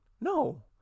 No